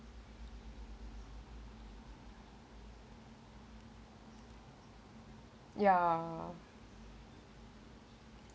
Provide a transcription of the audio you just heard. ya